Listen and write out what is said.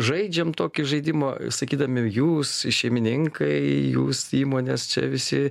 žaidžiam tokį žaidimą sakydami jūs šeimininkai jūs įmonės čia visi